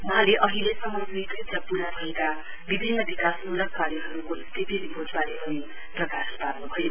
वहाँले अहिलेसम्म स्वीकृत र पूरा भएका विभिन्न विकासमूलक कार्यहरूको स्थिति रिपोर्टबारे पनि प्रकाश पार्न्भयो